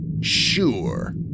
Sure